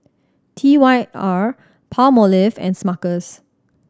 T Y R Palmolive and Smuckers